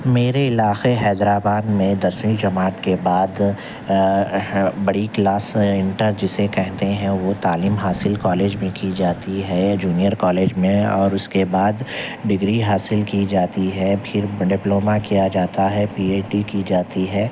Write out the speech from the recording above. میرے علاخے حیدرآباد میں دسویں جماعت کے بعد بڑی کلاس انٹر جسے کہتے ہیں وہ تعلیم حاصل کالج بھی کی جاتی ہے جونئر کالج میں اور اس کے بعد ڈگری حاصل کی جاتی ہے پھر ڈپلوما کیا جاتا ہے پی ایچ ڈی کی جاتی ہے